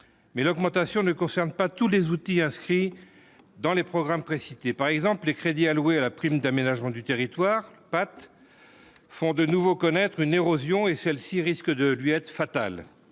mais l'augmentation ne concerne pas tous les outils inscrits dans les programmes, par exemple, les crédits alloués à la prime d'aménagement du territoire patte font de nouveau connaître une érosion et celle-ci risque de lui être fatal,